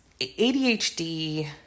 ADHD